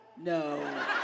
no